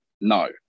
No